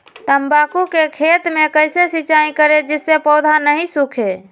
तम्बाकू के खेत मे कैसे सिंचाई करें जिस से पौधा नहीं सूखे?